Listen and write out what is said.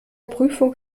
prüfung